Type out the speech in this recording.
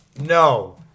no